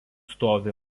stovi